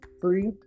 free